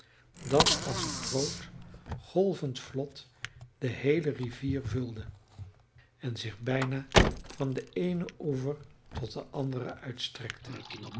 dat als een groot golvend vlot de geheele rivier vulde en zich bijna van den eenen oever tot den anderen uitstrekte